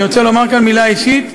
אני רוצה לומר כאן מילה אישית.